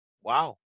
Wow